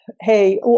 Hey